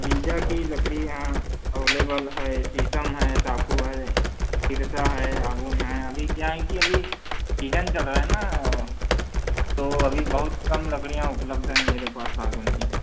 बीजा की लकड़ियाँ अवलेबल हैं शीशम है सापू है ईदका है अभून है अभी क्या है कि अभी सीजन चल रहा है ना तो अभी बहुत कम लकड़ियाँ उपलब्ध हैं मेरे पास सागवान की